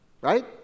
right